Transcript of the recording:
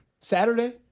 Saturday